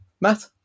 Matt